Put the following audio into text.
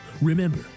Remember